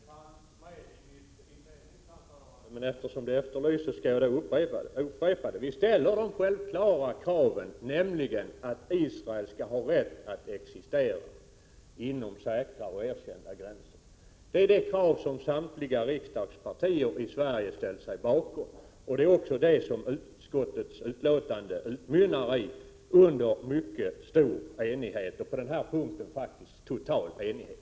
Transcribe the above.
Herr talman! Detta fanns med i mitt inledningsanförande, men eftersom Kerstin Ekman efterlyser det skall jag upprepa det. Vi ställer det självklara kravet, nämligen att Israel skall ha rätt att existera inom säkra och erkända gränser. Det är det krav som samtliga riksdagspartier i Sverige har ställt sig bakom. Det är också detta som utskottets betänkande utmynnar i under mycket stor enighet, och på denna punkt råder total enighet.